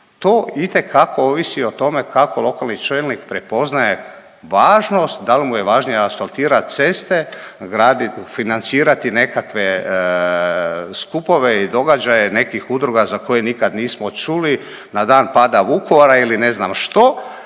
to itekako ovisi o tome kako lokalni čelnik prepoznaje važnost, da li mu je važnije asfaltirati ceste, graditi, financirati nekakve skupove i događaje nekih udruga za koje nikad nismo čuli na dan pada Vukovara ili ne znam što